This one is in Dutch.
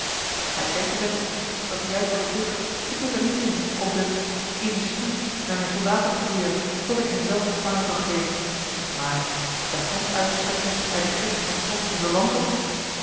gij kent de menschen dat is juist wat ik ducht ik vind er niets in op de industrie mijner soldaten te teren tot ik hen zelf paye kan geven maar de hand uit te strekken naar de gift van trotsche verwanten